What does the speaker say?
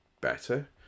better